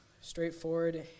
straightforward